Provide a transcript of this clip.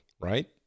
right